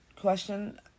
question